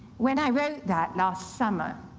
when i wrote that last summer,